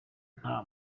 nta